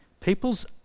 People's